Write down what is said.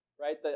Right